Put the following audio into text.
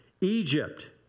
Egypt